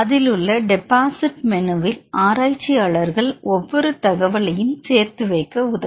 அதில் உள்ள deposit menu வில் ஆராச்சியாளர்கள் ஒவ்வொரு தகவலையும் சேர்த்து வைக்க உதவும்